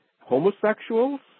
homosexuals